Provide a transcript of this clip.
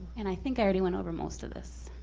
and i think i already went over most of this.